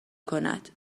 کند